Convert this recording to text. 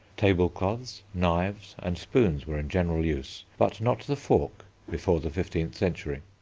table-cloths, knives, and spoons were in general use, but not the fork before the fifteenth century.